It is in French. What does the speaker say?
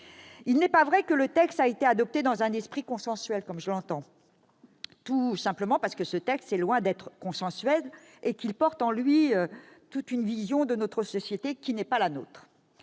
Il n'est pas vrai que le texte a été adopté dans un « esprit consensuel », comme l'avance la commission des lois, tout simplement parce que ce texte est loin d'être consensuel et qu'il porte en lui une vision de la société qui n'est pas la nôtre.